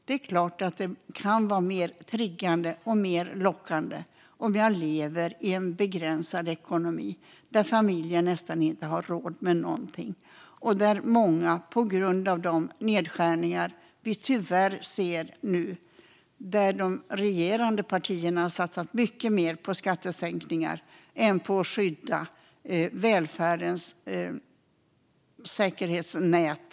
Det är klart att kriminella aktiviteter kan vara mer triggande och mer lockande om man lever i en begränsad ekonomi där familjen nästan inte har råd med någonting. De regerande partierna har satsat mycket mer på skattesänkningar än på att skydda välfärdens säkerhetsnät.